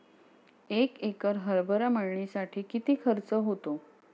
एक एकर हरभरा मळणीसाठी किती खर्च होतो?